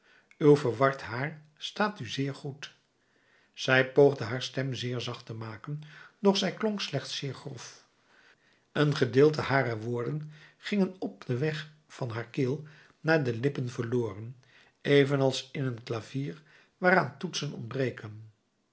uw verward haar staat u zeer goed zij poogde haar stem zeer zacht te maken doch zij klonk slechts zeer grof een gedeelte harer woorden ging op den weg van haar keel naar de lippen verloren evenals in een klavier waaraan toetsen ontbreken